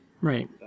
right